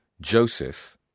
Joseph